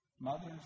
mothers